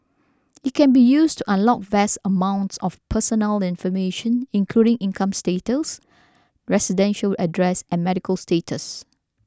it can be used to unlock vast amounts of personal information including incomes details residential address and medical status